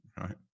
Right